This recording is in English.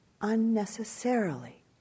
unnecessarily